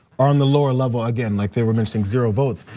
on the lower level, again, like they were mentioning zero votes,